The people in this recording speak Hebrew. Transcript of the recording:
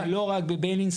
לא רק בבילינסון,